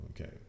okay